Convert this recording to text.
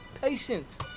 patience